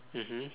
mmhmm